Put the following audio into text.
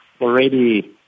already